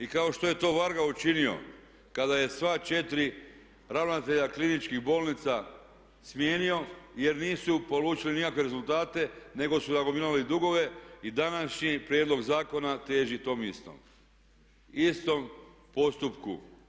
I kao što je to Varga učinio kada je sva četiri ravnatelja kliničkih bolnica smijenio jer nisu polučili nikakve rezultate nego su nagomilali dugove i današnji prijedlog zakona teži tom istom, istom postupku.